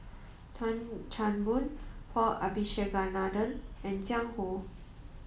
Tan Chan Boon Paul Abisheganaden and Jiang Hu